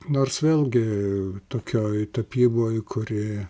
nors vėlgi tokioj tapyboj kuri